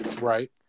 Right